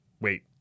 Wait